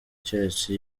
keretse